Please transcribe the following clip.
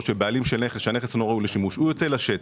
או של בעלים של נכס שאינו ראוי לשימוש הוא יוצא אל השט,